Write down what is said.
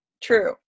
True